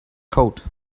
coat